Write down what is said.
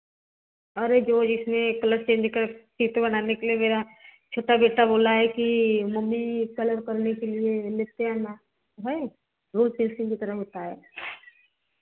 अरे इसमें कलर चित्र बनाए का छोटा बेटा बोल है कि मम्मी कलर करने के लिए लेते आना रोज़ ऐसे ही रोता है